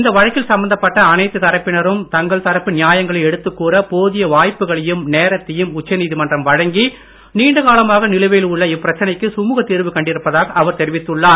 இந்த வழக்கில் சம்பந்தப்பட்ட எல்லா தரப்பினரும் தங்கள் தரப்பு நியாயங்களை எடுத்துக் கூற போதிய வாய்ப்புக்களையும் நேரத்தையும் உச்சநீதிமன்றம் வழங்கி நீண்டகாலமாக நிலுவையில் உள்ள இப்பிரச்சனைக்கு சுமுகத் தீர்வு கண்டிருப்பதாக அவர் தெரிவித்துள்ளார்